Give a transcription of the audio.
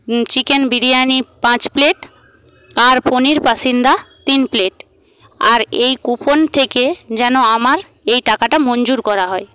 chicken biryani পাঁচ plate আর পনির পাসিন্দা তিন প্লেট আর এই কুপন থেকে যেন আমার এই টাকাটা মঞ্জুর করা হয়